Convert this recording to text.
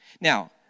Now